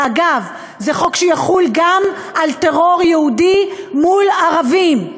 ואגב, זה חוק שיחול גם על טרור יהודי מול ערבים,